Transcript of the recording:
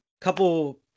couple